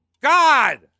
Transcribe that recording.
God